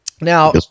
Now